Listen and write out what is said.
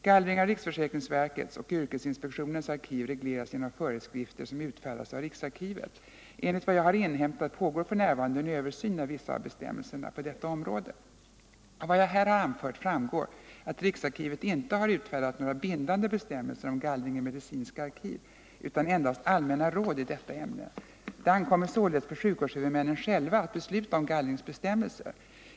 Gallring av riksförsäkringsverkets och yrkesinspektionens arkiv regleras genom föreskrifter som utfärdas av riksarkivet. Enligt vad jag har inhämtat pågår f. n. en översyn av vissa av bestämmelserna på detta område. Av vad jag här har anfört framgår att riksarkivet inte har utfärdat några bindande bestämmelser om gallring i medicinska arkiv utan endast allmänna råd i detta ämne. Det ankommer således på sjukvårdshuvudmännen själva att besluta om gallringsbestämmelser.